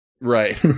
Right